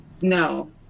No